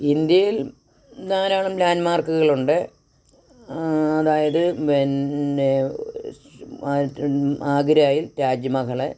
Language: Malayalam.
ഇന്ത്യയിൽ ധാരാളം ലാൻഡ് മാർക്കുകളുണ്ട് അതായത് പിന്നെ ആഗ്രയും താജ്മഹൽ